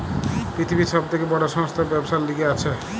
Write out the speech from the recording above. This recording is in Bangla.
পৃথিবীর সব থেকে বড় সংস্থা ব্যবসার লিগে আছে